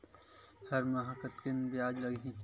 हर माह कतेकन ब्याज लगही?